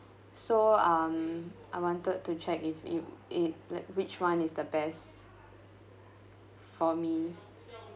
so um I wanted to check if it if li~ which one is the best for me